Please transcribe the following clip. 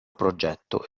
progetto